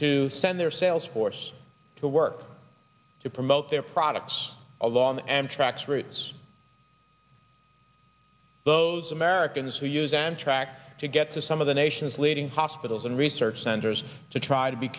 to send their sales force to work to promote their products along amtrak's routes those americans who use amtrak to get to some of the nation's leading hospitals and research centers to try to be